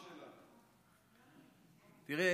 תראה,